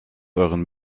euren